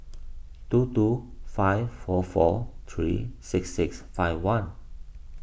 two two five four four three six six five one